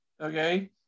okay